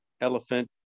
elephant